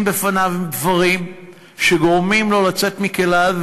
בפניו דברים שגורמים לו לצאת מכליו,